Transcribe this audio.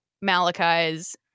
Malachi's